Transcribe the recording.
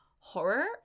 horror